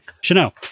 Chanel